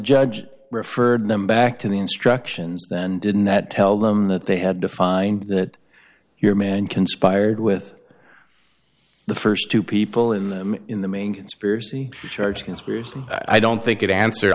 judge referred them back to the instructions then didn't that tell them that they had to find that your man conspired with the st two people in the in the main conspiracy charge conspiracy i don't think it answer